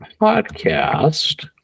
podcast